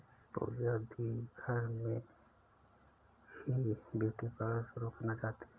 पूजा दी घर में ही ब्यूटी पार्लर शुरू करना चाहती है